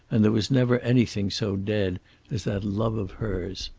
and there was never anything so dead as that love of hers.